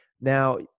Now